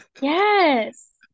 Yes